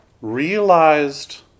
realized